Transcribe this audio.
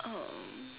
um